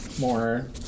more